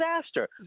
disaster